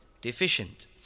deficient